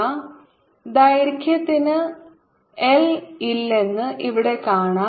α β 1 ദൈർഘ്യത്തിന് എൽ ഇല്ലെന്ന് ഇവിടെ കാണാം